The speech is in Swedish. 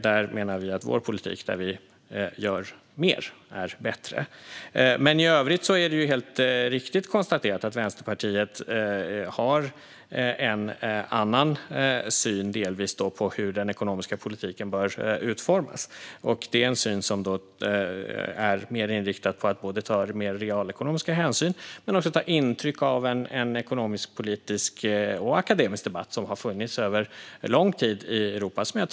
Där menar vi att vår politik gör mer och är bättre. I övrigt är det helt riktigt konstaterat att Vänsterpartiet har en annan syn på hur den ekonomiska politiken bör utformas. Det är en syn som är mer inriktad på att ta mer realekonomiska hänsyn och ta intryck av en ekonomisk-politisk och akademisk debatt, som har funnits över lång tid i Europa.